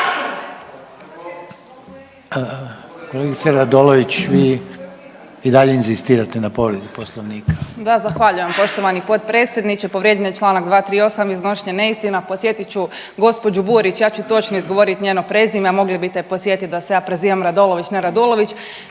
Kolegice Radolović vi i dalje inzistirate na povredi poslovnika? **Radolović, Sanja (SDP)** Da, zahvaljujem poštovani potpredsjedniče. Povrijeđen je čl. 238., iznošenje neistina, podsjetit ću gđu. Burić, ja ću točno izgovorit njeno prezime, a mogli bite podsjetit da se ja prezivam Radolović, ne Radulović,